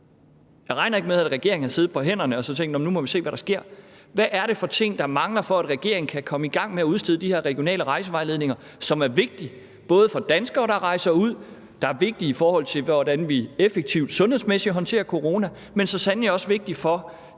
jeg regner ikke med, at regeringen har siddet på hænderne og så tænkt: Nå, nu må vi se, hvad der sker. Hvad er det for ting, der mangler, for at regeringen kan komme i gang med at udstede de her regionale rejsevejledninger, som er vigtige? Både for danskere, der rejser ud, og vigtige i forhold til, hvordan vi effektivt sundhedsmæssigt håndterer corona, men som så sandelig også er vigtige for